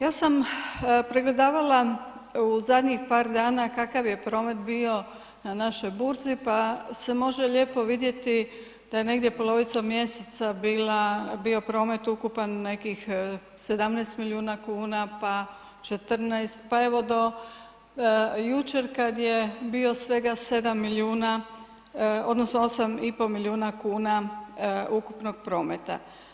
Ja sam pregledavala u zadnjih par dana kakav je promet bio na našoj burzi pa se može lijepo vidjeti da je negdje polovicom mjeseca bio promet ukupan nekih 17 milijuna kuna, pa 14, pa evo do jučer kad je bio svega 7 milijuna odnosno 8,5 milijuna kuna ukupnog prometa.